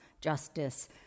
justice